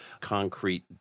concrete